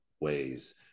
ways